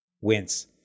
wins